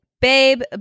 babe